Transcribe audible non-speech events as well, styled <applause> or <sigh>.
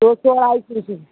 दो सौ अढ़ाई सौ <unintelligible>